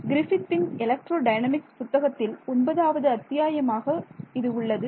கிரிஃபித்தின் electrodynamics புத்தகத்தில் ஒன்பதாவது அத்தியாயமாக உள்ளது